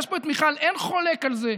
יש פה את מיכל, אין חולק על זה,